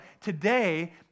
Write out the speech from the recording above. today